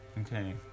Okay